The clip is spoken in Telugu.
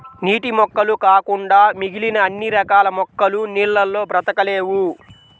నీటి మొక్కలు కాకుండా మిగిలిన అన్ని రకాల మొక్కలు నీళ్ళల్లో బ్రతకలేవు